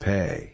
Pay